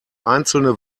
einzelne